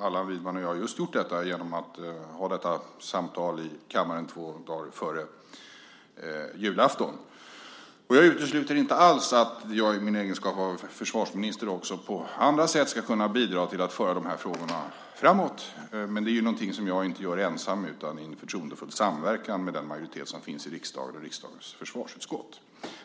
Allan Widman och jag just har gjort detta genom att ha detta samtal i kammaren två dagar före julafton. Jag utesluter inte alls att jag i min egenskap av försvarsminister också på andra sätt ska kunna bidra till att föra de här frågorna framåt. Men det är någonting som jag inte gör ensam utan i förtroendefull samverkan med den majoritet som finns i riksdagen och riksdagens försvarsutskott.